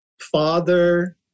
Father